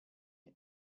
and